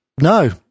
No